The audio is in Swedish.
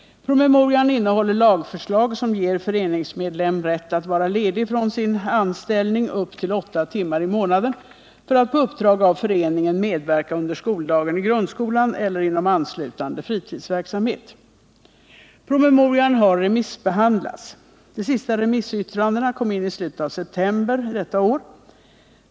Promemorian innehåller lagförslag som ger 47 föreningsmedlem rätt att vara ledig från sin anställning upp till åtta timmar i månaden för att på uppdrag av föreningen medverka under skoldagen i grundskolan eller inom anslutande fritidsverksamhet. Promemorian har remissbehandlats. De sista remissyttrandena kom in i slutet av september detta år.